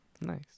Nice